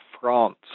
france